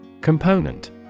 Component